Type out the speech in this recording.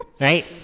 right